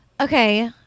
Okay